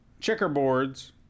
checkerboards